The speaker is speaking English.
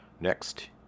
Next